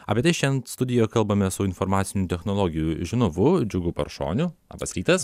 apie tai šiandien studijoje kalbamės su informacinių technologijų žinovu džiugu paršoniu labas rytas